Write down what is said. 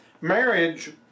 marriage